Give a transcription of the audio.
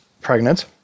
pregnant